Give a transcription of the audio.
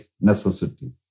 necessity